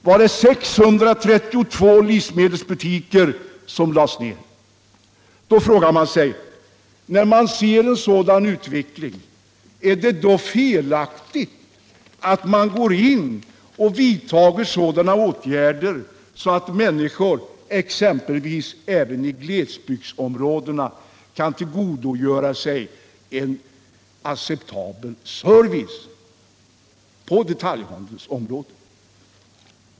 Och enligt tidningen Köp När man ser en utveckling av detta slag frågar man sig: Är det felaktigt att gå in och vidta sådana åtgärder att människor även i exempelvis glesbygderna kan tillgodogöra sig en acceptabel service på detaljhandelns område?